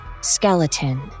Skeleton